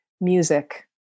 music